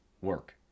work